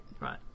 Right